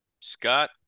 Scott